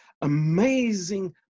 amazing